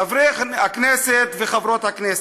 חברי הכנסת וחברות הכנסת,